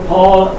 Paul